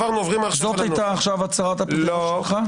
זו היתה הצהרת הפתיחה שלך?